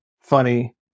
funny